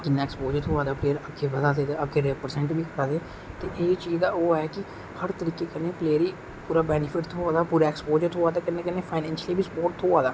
इन्ना एक्सपोजर थ्हेआ दा प्लेयर अग्गै बधा दे ओह् है कि हर तरीके कन्नै पल्लेयर गी पूरा बेनीफिट होऐ पूरा एक्सपोजर थ्होऐ ते पूरा फाइनेनशली बी स्पोर्ट थ्होऐ